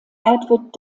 edward